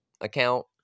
account